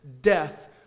death